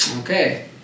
Okay